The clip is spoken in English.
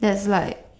there's like